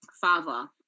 father